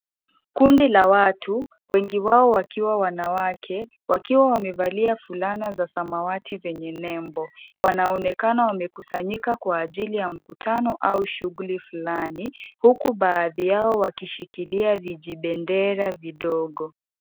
Kundi la watu wengi wao wakiwa wanawake wakiwa wamevalia fulana za samawati zenye nembo . Wanaonekana wamekusanyika kwa ajili ya mkutano au shughuli fulani huku baadhi yao wakishikilia vijibendera vidogo.